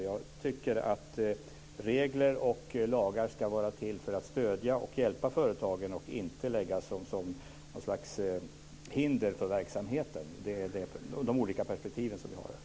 Jag tycker att lagar och regler ska vara till för att stödja och hjälpa företagen och inte utgöra något slags hinder för verksamheten. Det är de olika perspektiv som vi har.